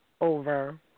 over